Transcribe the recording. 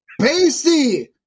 Pasty